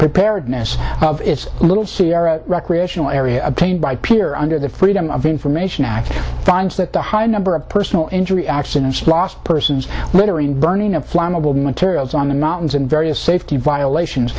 preparedness of its little recreational area obtained by pier under the freedom of information act finds that the high number of personal injury accidents last persons littering burning of flammable materials on the mountains and various safety violations